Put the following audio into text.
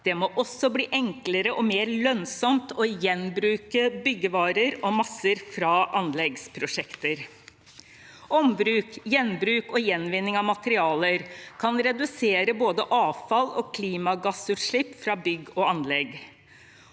Det må også bli enklere og mer lønnsomt å gjenbruke byggevarer og masser fra anleggsprosjekter. Ombruk, gjenbruk og gjenvinning av materialer kan redusere både avfall og klimagassutslipp fra bygg og anlegg.